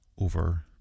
over